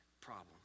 problem